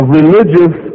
religious